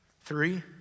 Three